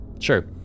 Sure